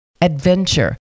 adventure